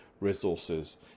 resources